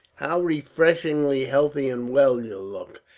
how refreshingly healthy and well you look!